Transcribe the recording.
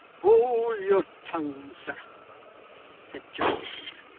hold your tongue, sir said john willet.